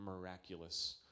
miraculous